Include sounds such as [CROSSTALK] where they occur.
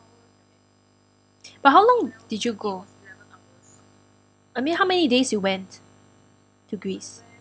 [BREATH] but how long did you go I mean how many days you went to greece